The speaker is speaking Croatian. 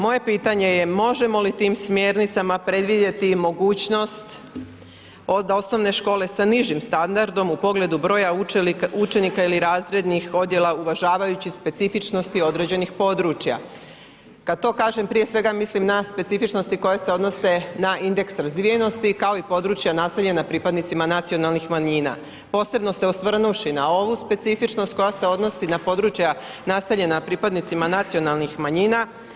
Moje pitanje je možemo li tim smjernicama predvidjeti i mogućnost od osnovne škole sa nižim standardom u pogledu broja učenika ili razrednih odjela uvažavajući specifičnosti određenih područja, kad to kažem prije svega mislim na specifičnosti koje se odnose na indeks razvijenosti kao i područja naseljena pripadnicima nacionalnih manjina, posebno se osvrnuvši na ovu specifičnost koja se odnosi na područja nastanjena pripadnicima nacionalnih manjina.